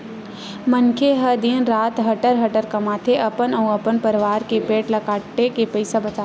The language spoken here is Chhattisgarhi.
मनखे ह दिन रात हटर हटर कमाथे, अपन अउ अपन परवार के पेट ल काटके पइसा बचाथे